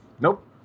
nope